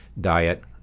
diet